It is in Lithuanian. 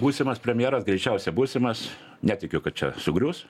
būsimas premjeras greičiausia būsimas netikiu kad čia sugrius